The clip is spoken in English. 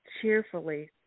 Cheerfully